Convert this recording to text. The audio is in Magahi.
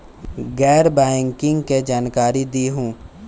गैर बैंकिंग के जानकारी दिहूँ?